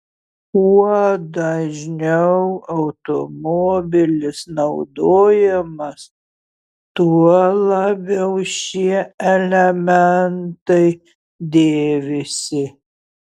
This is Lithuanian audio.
kuo dažniau automobilis naudojamas tuo labiau šie elementai dėvisi